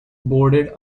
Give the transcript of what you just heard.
boarded